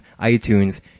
itunes